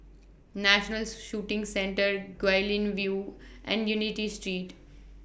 National Shooting Centre Guilin View and Unity Street